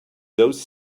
those